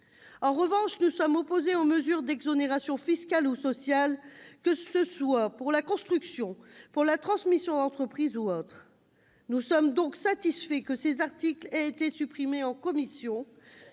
En revanche, nous sommes opposés aux mesures d'exonérations fiscales ou sociales, que ce soit pour la construction, pour la transmission d'entreprise ou autres. Nous sommes donc satisfaits que ces articles aient été supprimés en commission,